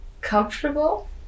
comfortable